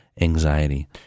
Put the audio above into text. anxiety